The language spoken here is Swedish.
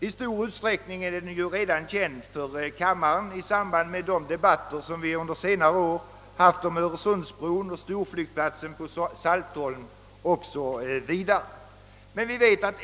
I stor utsträckning är den ju redan känd för kammarens ledamöter efter de debatter som vi under senare år haft om Öresundsbron och storflygplatsen på Saltholm m.m.